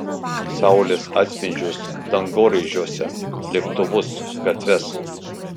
saulės atspindžius dangoraižiuose lėktuvus gatves